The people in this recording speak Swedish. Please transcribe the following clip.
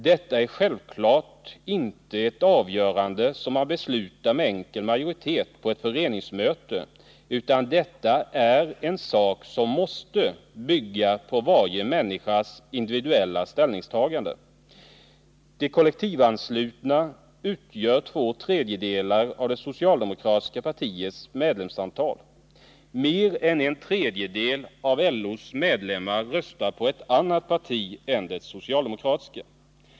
Detta är självfallet inte ett beslut som fattas med enkel majoritet på ett föreningsmöte, utan det är en sak som måste bygga på varje människas individuella ställningstagande. De kollektivanslutna utgör två tredjedelar av det socialdemokratiska partiets medlemsantal. Mer än en tredjedel av LO:s medlemmar röstar på ett annat parti än det socialdemokratiska.